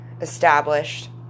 established